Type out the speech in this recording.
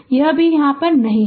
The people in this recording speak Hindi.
तो यह भी वहाँ नहीं है